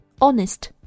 Honest